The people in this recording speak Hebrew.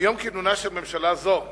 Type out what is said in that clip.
מיום כינונה של ממשלה זו,